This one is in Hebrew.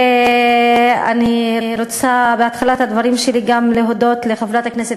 ואני רוצה בתחילת הדברים שלי גם להודות לחברת הכנסת